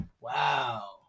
Wow